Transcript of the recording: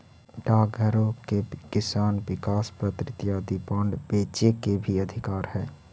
डाकघरो के किसान विकास पत्र इत्यादि बांड बेचे के भी अधिकार हइ